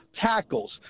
tackles